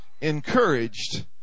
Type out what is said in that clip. Encouraged